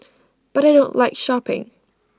but I don't like shopping